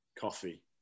coffee